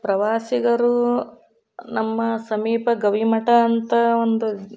ಪ್ರವಾಸಿಗರು ನಮ್ಮ ಸಮೀಪ ಗವಿಮಠ ಅಂತ ಒಂದು